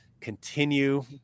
continue